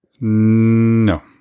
No